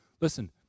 Listen